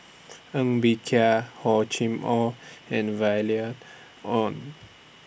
Ng Bee Kia Hor Chim Or and Violet Oon